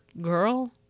girl